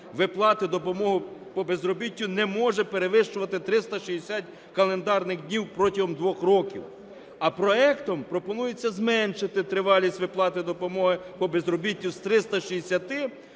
виплати допомоги по безробіттю не може перевищувати 360 календарних днів, протягом 2 років. А проектом пропонується зменшити тривалість виплати допомоги по безробіттю з 360 до